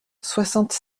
soixante